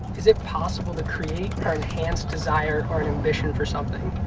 is it possible to create or enhance desire or an ambition for something?